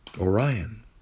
Orion